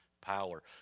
power